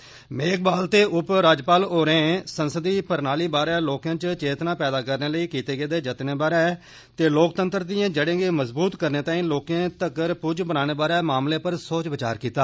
श्री मेघवाल ते उप राज्यपाल होरें संसदीय प्रणाली बारै लोकें च चेतना पैदा करने लेई किते गेदे जतनें बारै ते लोकतंत्र दिए जड़ें गी मजबूत करने ताईं लोकें तकर पुज्ज बनाने बारै मामलें पर सोच विचार किता